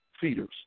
feeders